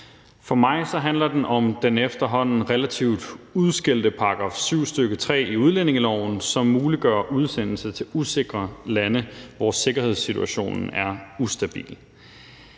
For mig handler den om det efterhånden relativt udskældte § 7, stk. 3, i udlændingeloven, som muliggør udsendelse til usikre lande, hvor sikkerhedssituationen er ustabil.